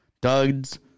duds